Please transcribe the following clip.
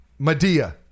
Madea